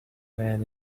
man